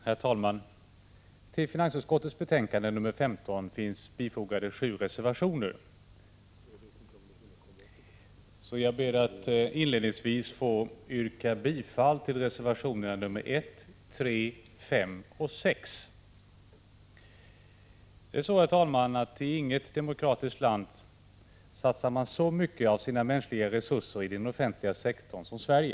Herr talman! Till finansutskottets betänkande nr 15 finns fogade 7 reservationer. Jag ber inledningsvis att få yrka bifall till reservationerna nr 1, 3, 5 och 6. Inget annat demokratiskt land satsar så mycket av sina mänskliga resurser i den offentliga sektorn som Sverige.